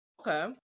okay